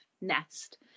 nest